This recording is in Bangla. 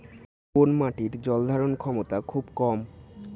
কোন মাটির জল ধারণ ক্ষমতা খুব কম?